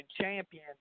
Champion